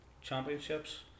championships